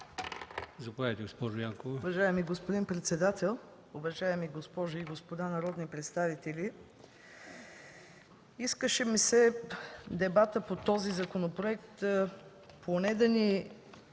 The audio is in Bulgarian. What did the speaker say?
Заповядайте, госпожо Янкова.